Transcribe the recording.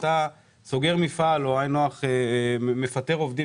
כשאתה סוגר מפעל ואתה מפטר עובד,